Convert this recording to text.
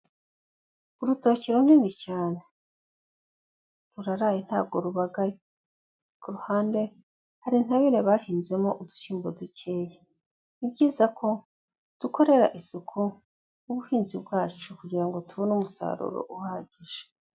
Urutoki runini cyane. Ruraraye ntabwo rubagaye. Ku ruhande hari intabire bahinzemo udushyimbo dukeya. Ni byiza ko dukorera isuku ubuhinzi bwacu kugira ngo tubone umusaruro uhagije.